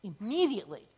Immediately